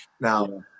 now